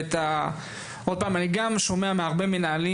אני שומע מהרבה מנהלים,